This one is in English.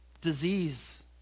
Disease